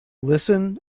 listen